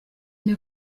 nte